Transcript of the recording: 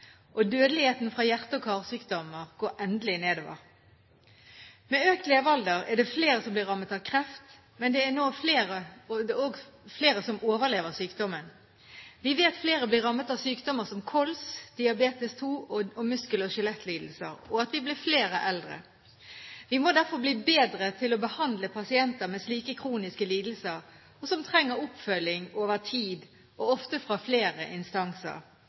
og dødeligheten på grunn av hjerte- og karsykdommer går endelig nedover. Med økt levealder er det flere som blir rammet av kreft, men det er også flere som overlever sykdommen. Vi vet at flere blir rammet av sykdommer som KOLS, diabetes 2 og muskel- og skjelettlidelser, og at vi blir flere eldre. Vi må derfor bli bedre til å behandle pasienter med slike kroniske lidelser og som trenger oppfølging over tid, og ofte fra flere instanser